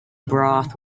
broth